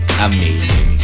amazing